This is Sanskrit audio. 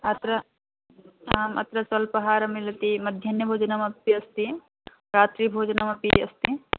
अत्र आम् अत्र स्वल्पाहारः मिलति मध्याह्नभोजनमपि अस्ति रात्रिभोजनमपि अस्ति